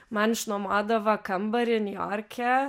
man išnuomodavo kambarį niujorke